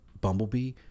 Bumblebee